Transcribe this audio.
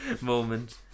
Moment